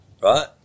right